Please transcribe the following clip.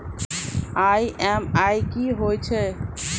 EMI कि होय छै?